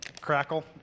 crackle